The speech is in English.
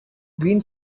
green